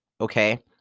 Okay